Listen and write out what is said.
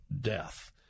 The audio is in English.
Death